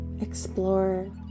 explore